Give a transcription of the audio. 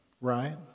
right